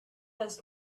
has